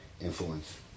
influence